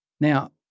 Now